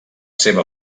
seva